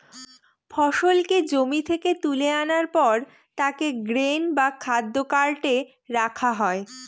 ফসলকে জমি থেকে তুলে আনার পর তাকে গ্রেন বা খাদ্য কার্টে রাখা হয়